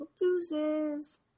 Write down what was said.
loses